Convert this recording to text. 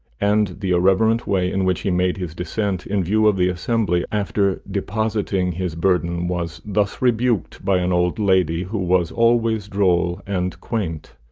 and the irreverent way in which he made his descent, in view of the assembly, after depositing his burden, was thus rebuked by an old lady who was always droll and quaint.